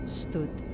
stood